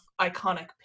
iconic